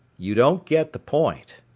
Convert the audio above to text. you don't get the point.